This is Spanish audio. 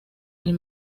del